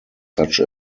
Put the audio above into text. such